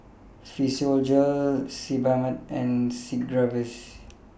Physiogel Sebamed and Sigvaris